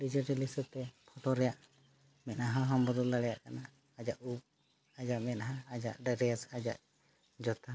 digital ᱦᱤᱥᱟᱹᱵᱽᱛᱮ photo ᱨᱮᱭᱟᱜ ᱢᱮᱫᱦᱟ ᱦᱚᱢ ᱵᱚᱫᱚᱞ ᱫᱟᱲᱮᱭᱟᱜ ᱠᱟᱱᱟ ᱟᱡᱟᱜ ᱩᱵ ᱟᱭᱟᱜ ᱢᱮᱫᱦᱟ ᱟᱡᱟᱜ ᱰᱮᱨᱮᱥ ᱟᱡᱟᱜ ᱡᱚᱛᱚ